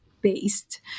Based